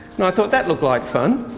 thought that looked like fun.